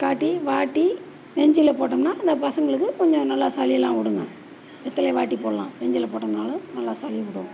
காட்டி வாட்டி நெஞ்சில் போட்டோம்னால் அந்த பசங்களுக்கு கொஞ்சம் நல்லா சளியெல்லாம் விடுங்க வெத்தலையை வாட்டி போடலாம் நெஞ்சில் போட்டோம்னாலும் நல்லா சளி விடும்